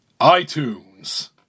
iTunes